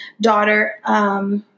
daughter